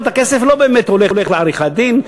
הכסף לא באמת הולך לעריכת-דין,